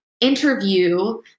Interview